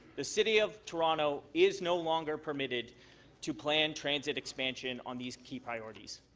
the city of toronto is no longer permitted to plan transit expansion on these key priorities,